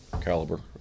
caliber